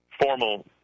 formal